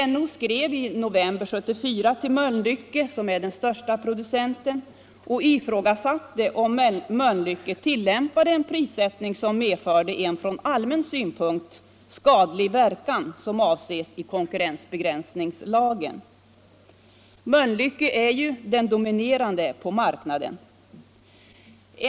NO skrev i november 1974 till Mölnlycke, som är den största producenten, och ifrågasatte om inte Mölnlycke tillämpade en prissättning som medförde en sådan från allmän synpunkt skadlig verkan som avses i konkurrensbegränsningslagen. Mölnlycke är ju den dominerande tillverkaren på marknaden.